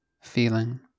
feeling